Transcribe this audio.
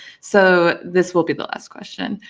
so this will be the last question.